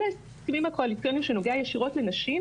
ההסכמים הקואליציוניים שנוגע ישירות לנשים,